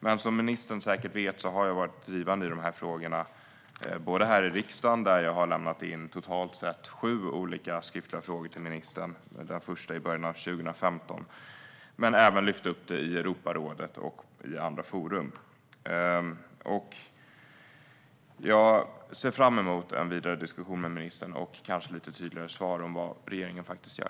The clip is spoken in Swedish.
Men som ministern säkert vet har jag varit drivande i de här frågorna både här i riksdagen där jag har lämnat in totalt sju olika skriftliga frågor till ministern - den första i början av 2015 - och i Europarådet och andra forum. Jag ser fram emot en vidare diskussion med ministern och kanske lite tydligare svar om vad regeringen faktiskt gör.